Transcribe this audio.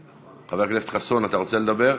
חבר הכנסת חסון, אתה רוצה לדבר?